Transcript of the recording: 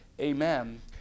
amen